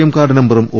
M card നമ്പരും O